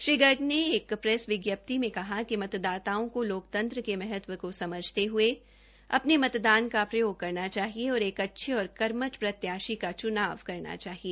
श्री गर्ग ने एक प्रेस विज्ञप्ति में कहा कि मतदाताओं को लोकतंत्र के महत्व को समझते हुए अपने मतदान का प्रयोग करना चाहिए और एक अच्छे और कर्मठ प्रत्याशी का चुनाव करना चाहिए